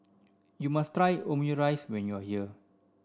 you must try Omurice when you are here